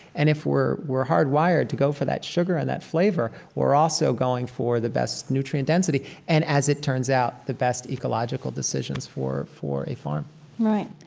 and if we're we're hard-wired to go for that sugar and that flavor, we're also going for the best nutrient density and, as it turns out, the best ecological decisions for for a farm right.